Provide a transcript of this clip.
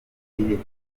nyirakuru